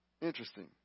Interesting